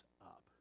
up